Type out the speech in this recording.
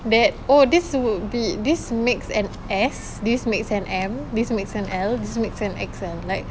that oh this would be this makes an S this makes an M this makes and L this makes and X_L like